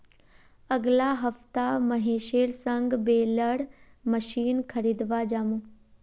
अगला हफ्ता महेशेर संग बेलर मशीन खरीदवा जामु